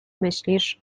myślisz